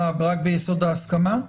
רק ביסוד ההסכמה?